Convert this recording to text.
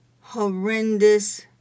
horrendous